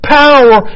power